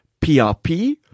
PRP